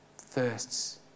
thirsts